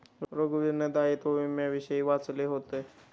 रघुवीरने दायित्व विम्याविषयी वाचलं होतं